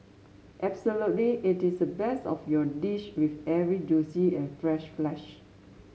absolutely it is the best of your dish with every juicy and fresh flesh